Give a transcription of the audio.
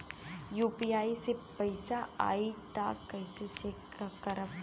UPI से पैसा आई त कइसे चेक करब?